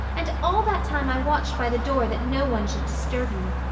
and all that time i watched by the door that no one should disturb you.